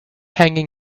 hanging